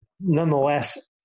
Nonetheless